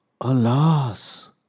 alas